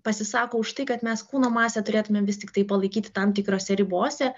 pasisako už tai kad mes kūno masę turėtume vis tiktai palaikyti tam tikrose ribose